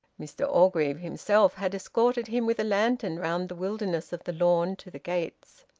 mr orgreave himself had escorted him with a lantern round the wilderness of the lawn to the gates.